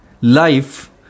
life